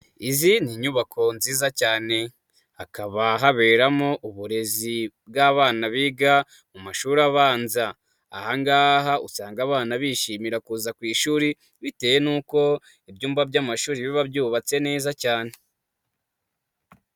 Izi ni inyubako nziza cyane, hakaba haberamo uburezi bw'abana biga mu mashuri abanza, aha ngaha usanga abana bishimira kuza ku ishuri, bitewe n'uko ibyumba by'amashuri biba byubatse neza cyane.